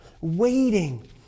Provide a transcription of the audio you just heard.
waiting